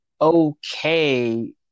okay